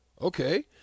Okay